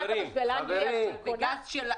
למה אתה משווה, לאנגליה?